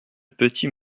petit